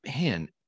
man